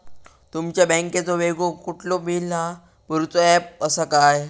तुमच्या बँकेचो वेगळो कुठलो बिला भरूचो ऍप असा काय?